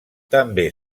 també